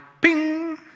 ping